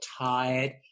tired